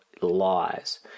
lies